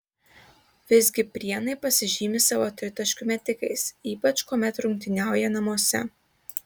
visgi prienai pasižymi savo tritaškių metikais ypač kuomet rungtyniauja namuose